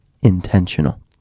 intentional